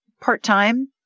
part-time